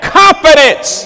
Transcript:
confidence